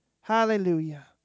Hallelujah